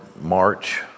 march